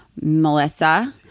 Melissa